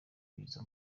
biza